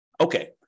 Okay